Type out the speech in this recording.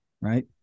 right